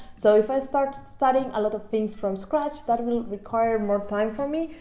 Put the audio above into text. so if i start studying a lot of things from scratch that will require and more time for me.